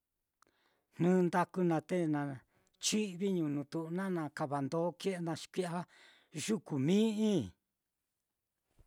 Jnɨ ndaku naá te nachi'viñu nutu'u naá, na kava ndo ke'e naá xi kui'ya yuku mi'i.